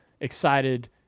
excited